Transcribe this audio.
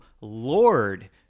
Lord